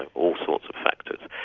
and all sorts of factors,